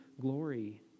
glory